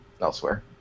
elsewhere